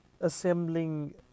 assembling